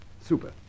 Super